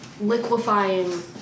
Liquefying